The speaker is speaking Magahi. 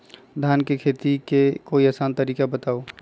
धान के खेती के कोई आसान तरिका बताउ?